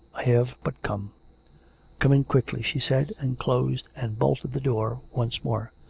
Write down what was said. i have but come come in quickly, she said, and closed and bolted the door once more.